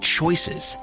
choices